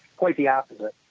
quite the opposite,